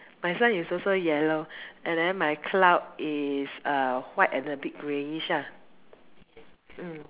my sun is also yellow and then my cloud is uh white and a bit greyish lah mm